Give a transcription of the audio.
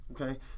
okay